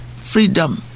Freedom